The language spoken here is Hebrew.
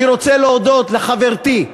אני רוצה להודות לחברתי,